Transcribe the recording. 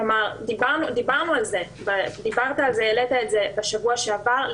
דיברת על זה בשבוע שעבר,